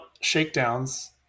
shakedowns